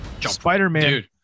Spider-Man